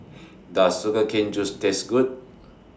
Does Sugar Cane Juice Taste Good